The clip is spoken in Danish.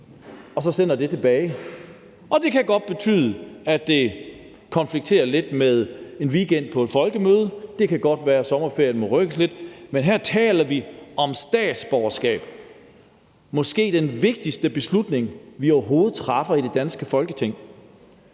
de så sende det tilbage. Og det kan godt betyde, at det konflikter lidt med en weekend på et folkemøde, og det kan godt være, at sommerferien må rykkes lidt. Men her taler vi om at give statsborgerskab – måske den vigtigste beslutning, vi overhovedet træffer i det danske Folketing.